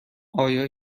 آیا